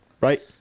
Right